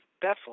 Bethel